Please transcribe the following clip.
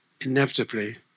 inevitably